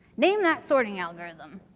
name that sorting algorithm.